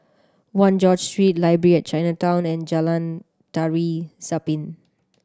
One George Street Library at Chinatown and Jalan Tari Zapin